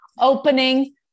opening